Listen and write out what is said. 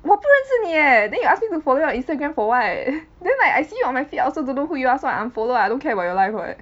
我不认识你 eh then you ask me to follow your Instagram for what then like I see you on my feed I also don't know who you are so I unfollow lah I don't care about your life [what]